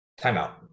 timeout